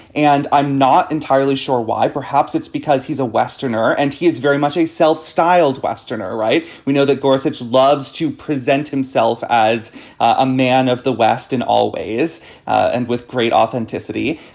and i'm not entirely sure why. perhaps it's because he's a westerner and he is very much a self-styled westerner. right. we know that gorsuch loves to present himself as a man of the west in all ways and with great authenticity.